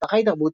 באתר חי תרבות,